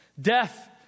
Death